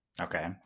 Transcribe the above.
Okay